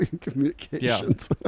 communications